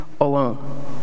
alone